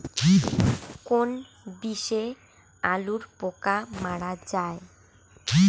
কোন বিষে আলুর পোকা মারা যায়?